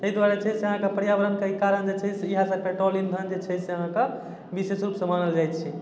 अइ दुआरे छै से अहाँके पर्यावरणके ई कारण जे छै से इएहे सभ पेट्रोल इंधन जे छै से अहाँके विशेष रूपसँ मानल जाइ छै